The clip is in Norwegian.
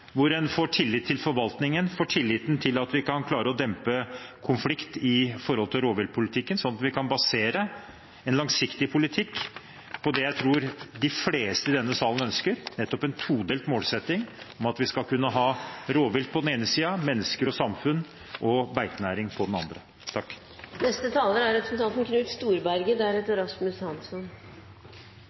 hvor en får tillit til forvaltningen, får tillit til at en kan klare å dempe konfliktnivået med hensyn til rovviltpolitikken, sånn at vi kan basere en langsiktig politikk på det jeg tror de fleste i denne salen ønsker: en todelt målsetting om at vi på den ene siden skal kunne ha rovvilt og mennesker og på den andre siden samfunn og beitenæring.